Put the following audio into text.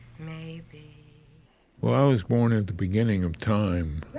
maybe. well, i was born at the beginning of time.